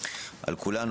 על כולנו,